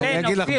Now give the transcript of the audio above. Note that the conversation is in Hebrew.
מעודכן.